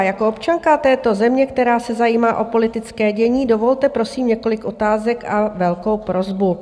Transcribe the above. Jako občanka této země, která se zajímá o politické dění, dovolte, prosím, několik otázek a velkou prosbu.